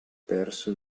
perso